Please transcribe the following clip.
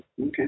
Okay